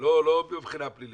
לא מבחינה פלילית,